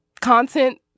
content